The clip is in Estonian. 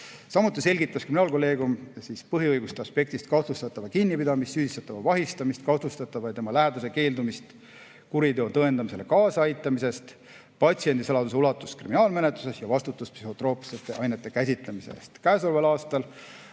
Samuti selgitas kriminaalkolleegium põhiõiguste aspektist kahtlustatava kinnipidamist, süüdistatava vahistamist, kahtlustatava ja tema lähedase keeldumist kuriteo tõendamisele kaasaaitamisest, patsiendisaladuse ulatust kriminaalmenetluses ja vastutust psühhotroopsete ainete käsitlemise eest. Käesoleval aastal